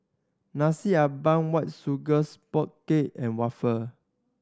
Nasi Ambeng White Sugar Sponge Cake and waffle